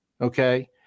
Okay